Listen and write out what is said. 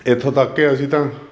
ਇਥੋਂ ਤੱਕ ਕਿ ਅਸੀਂ ਤਾਂ